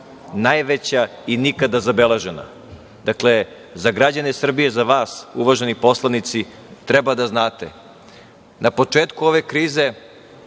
najveća i nikada zabeležena. Dakle, za građane Srbije, za vas uvaženi poslanici, treba da znate, na početku ove krize